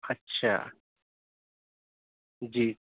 اچھا جی